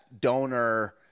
donor